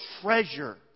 treasure